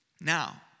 Now